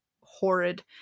horrid